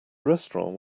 restaurant